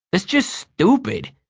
that's just stupid.